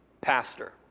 Pastor